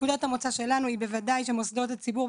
נקודת המוצא שלנו היא בוודאי שמוסדות הציבור,